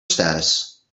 status